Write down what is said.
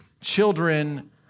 children